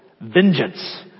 Vengeance